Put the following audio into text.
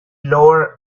lower